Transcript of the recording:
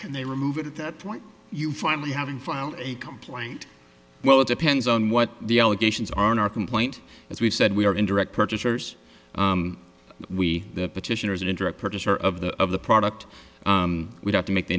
can they remove it at that point you finally having filed a complaint well it depends on what the allegations are in our complaint as we've said we are in direct purchasers we that petitioners an indirect purchaser of the of the product would have to make the